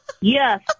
Yes